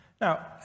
Now